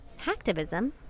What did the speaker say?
Hacktivism